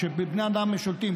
או שבבני עמם שולטים,